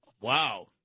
Wow